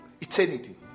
eternity